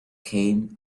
came